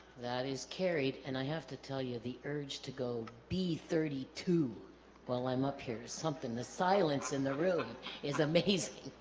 that is carried and i have to tell you the urge to go be thirty two while i'm up here something the silence in the room is amazing